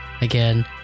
Again